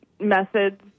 methods